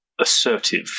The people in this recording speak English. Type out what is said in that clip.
assertive